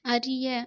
அறிய